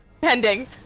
pending